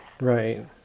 Right